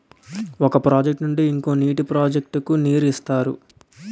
ఒక ప్రాజెక్ట్ నుండి ఇంకో నీటి ప్రాజెక్ట్ కు నీరు ఇస్తారు